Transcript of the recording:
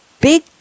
big